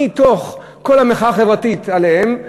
מתוך כל המחאה החברתית עליהם,